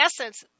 essence